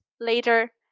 later